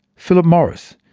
philip morris,